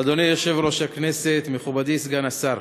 אדוני יושב-ראש הכנסת, מכובדי סגן השר,